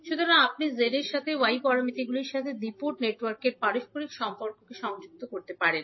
সুতরাং আপনি z এর সাথে y প্যারামিটারগুলির সাথে দ্বি পোর্ট নেটওয়ার্কের পারস্পরিক সম্পর্ককে সংযুক্ত করতে পারেন